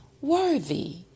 worthy